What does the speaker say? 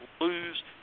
lose